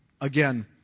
again